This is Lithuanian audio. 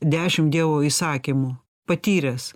dešim dievo įsakymų patyręs